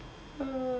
ah